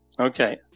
okay